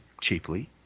cheaply